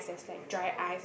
there's like dry ice